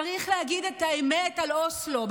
צריך להגיד את האמת על אוסלו.